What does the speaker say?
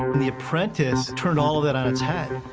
the apprentice turned all of that on its head.